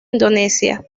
indonesia